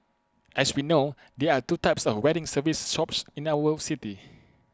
as we know there are two types of wedding service shops in our city